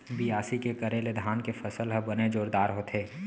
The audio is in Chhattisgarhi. बियासी के करे ले धान के फसल ह बने जोरदार होथे